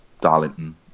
Darlington